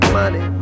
money